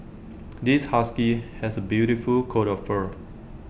this husky has A beautiful coat of fur